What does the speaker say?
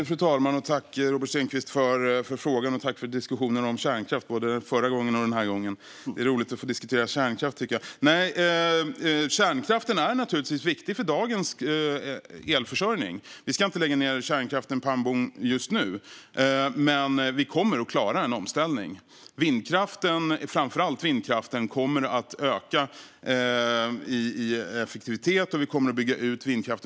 Fru talman! Tack, Robert Stenkvist, för frågan! Och tack för diskussionen om kärnkraft, både förra gången och den här gången! Jag tycker att det är roligt att få diskutera kärnkraft. Kärnkraften är naturligtvis viktig för dagens elförsörjning, och vi ska inte lägga ned den pang bom just nu. Vi kommer att klara en omställning. Framför allt vindkraften kommer att öka i effektivitet, och vi kommer att bygga ut den.